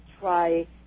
try